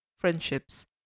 friendships